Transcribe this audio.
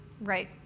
right